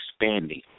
expanding